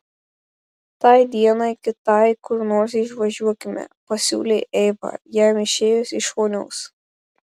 tai dienai kitai kur nors išvažiuokime pasiūlė eiva jam išėjus iš vonios